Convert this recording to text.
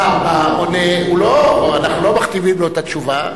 השר בא, עונה, ואנחנו לא מכתיבים לו את התשובה.